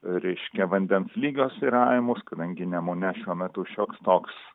reiškia vandens lygio svyravimus kadangi nemune šiuo metu šioks toks